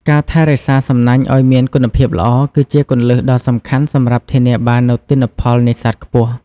ការថែរក្សាសំណាញ់ឲ្យមានគុណភាពល្អ គឺជាគន្លឹះដ៏សំខាន់សម្រាប់ធានាបាននូវទិន្នផលនេសាទខ្ពស់។